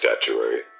statuary